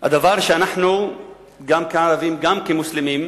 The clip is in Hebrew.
דבר שאנחנו גם כערבים, גם כמוסלמים,